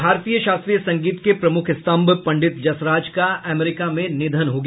भारतीय शास्त्रीय संगीत के प्रमुख स्तंभ पंडित जसराज का अमेरिका में निधन हो गया